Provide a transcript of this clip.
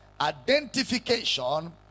identification